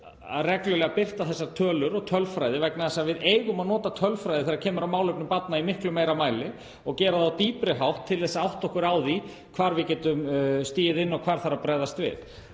að birta þessar tölur og tölfræði reglulega vegna þess að við eigum að nota tölfræði í málefnum barna í miklu meira mæli og gera það á dýpri hátt til þess að átta okkur á því hvar við getum stigið inn og hvar þarf að bregðast við.